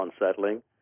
unsettling